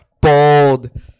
Bold